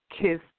kiss